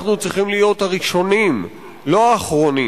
צריכים להיות הראשונים, ולא האחרונים,